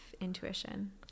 intuition